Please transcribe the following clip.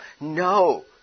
No